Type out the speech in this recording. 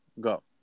Go